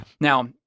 now